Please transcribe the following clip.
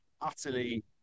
utterly